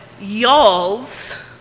y'all's